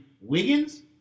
Wiggins